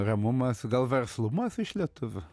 ramumas gal verslumas iš lietuvių